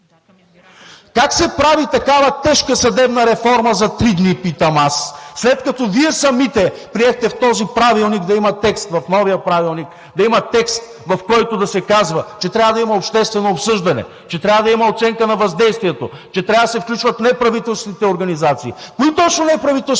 Как се прави такава тежка съдебна реформа за три дни, питам аз, след като Вие самите приехте в новия правилник да има текст, в който да се казва, че трябва да има обществено обсъждане, че трябва да има оценка на въздействието, че трябва да се включват неправителствените организации?